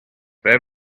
where